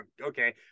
okay